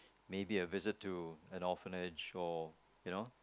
maybe a visit to an orphanage or you know